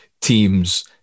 teams